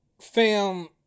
fam